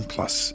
Plus